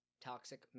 toxic